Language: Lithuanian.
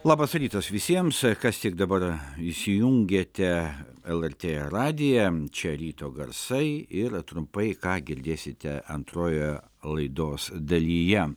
labas rytas visiems kas tik dabar įsijungėte lrt radiją čia ryto garsai ir trumpai ką girdėsite antroje laidos dalyje